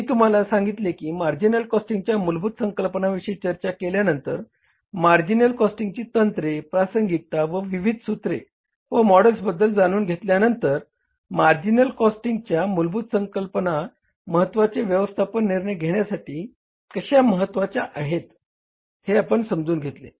मी तुम्हाला सांगितले की मार्जिनल कॉस्टिंगच्या मूलभूत संकल्पनांविषयी चर्चा केल्यानंतर मार्जिनल कॉस्टिंगची तंत्रे प्रासंगिकता व विविध सूत्रे व मॉडेल्सबद्दल जाणून घेतल्यानंतर मार्जिनल कॉस्टिंगच्या मूलभूत संकल्पना महत्वाचे व्यवस्थापन निर्णय घेण्यासाठी कशा महत्वाच्या आहेत हे आपण जाणून घेतले